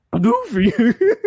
Goofy